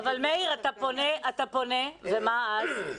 אבל מאיר, אתה פונה ומה אז?